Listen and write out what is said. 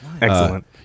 Excellent